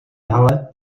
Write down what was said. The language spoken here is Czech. hale